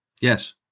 Yes